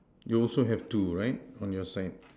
you also have two right on your side